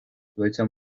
zuhaitza